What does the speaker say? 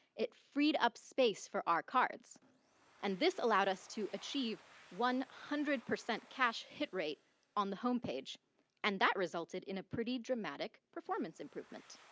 it freed up space for our cards and this allowed us to achieve one hundred percent cache hit rate on the homepage and that resulted in a pretty dramatic performance improvement.